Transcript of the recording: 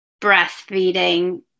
breastfeeding